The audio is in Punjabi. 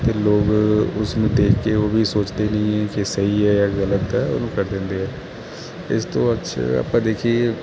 ਅਤੇ ਲੋਕ ਉਸਨੂੰ ਦੇਖ ਕੇ ਉਹ ਵੀ ਸੋਚਦੇ ਨਹੀਂ ਕਿ ਸਹੀ ਹੈ ਜਾਂ ਗਲਤ ਹੈ ਉਹਨੂੰ ਕਰ ਦਿੰਦੇ ਆ ਇਸ ਤੋਂ ਅੱਜ ਆਪਾਂ ਦੇਖੀਏ